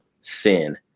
sin